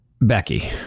Becky